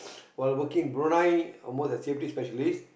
while working Brunei I almost ah safety specialist